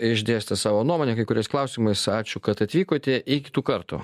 išdėstė savo nuomonę kai kuriais klausimais ačiū kad atvykote iki kitų kartų